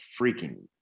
freaking